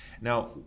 Now